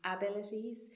abilities